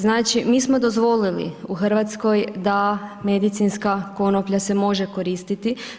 Znači, mi smo dozvolili u Hrvatskoj da medicinska konoplja se može koristiti.